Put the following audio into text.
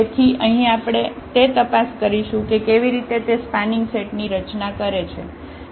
તેથી અહીં આપણે તે તાપસ કરીશું કે કેવી રીતે તે સ્પાનિંગ સેટ ની રચના કરે છે